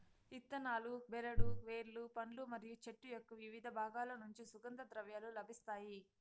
ఇత్తనాలు, బెరడు, వేర్లు, పండ్లు మరియు చెట్టు యొక్కవివిధ బాగాల నుంచి సుగంధ ద్రవ్యాలు లభిస్తాయి